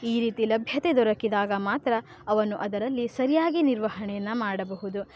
ಈ ರೀತಿ ಲಭ್ಯತೆ ದೊರಕಿದಾಗ ಮಾತ್ರ ಅವನು ಅದರಲ್ಲಿ ಸರಿಯಾಗಿ ನಿರ್ವಹಣೆಯನ್ನು ಮಾಡಬಹುದು